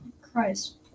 Christ